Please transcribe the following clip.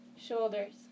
shoulders